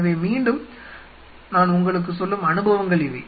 எனவே மீண்டும் நான் உங்களுக்குச் சொல்லும் அனுபவங்கள் இவை